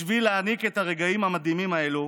בשביל להעניק את הרגעים המדהימים האלו